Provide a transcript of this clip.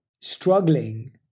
struggling